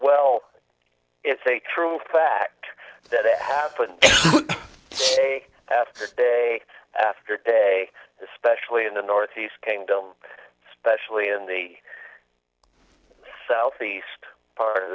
well it's a crude fact that happened a after day after day especially in the northeast kingdom specially in the southeast part of